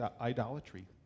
idolatry